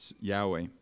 Yahweh